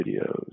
videos